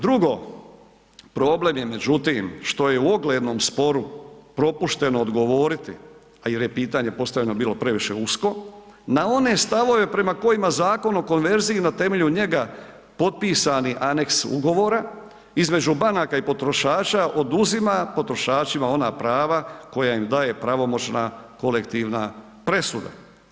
Drugo, problem je međutim, što je u oglednom sporu propušteno odgovoriti, a jer je pitanje postavljeno bilo previše usko, na one stavove prema kojima Zakon o konverziji na temelju njega potpisani aneks ugovora između banaka i potrošača oduzima potrošačima ona prava koja im daje pravomoćna kolektivna presuda.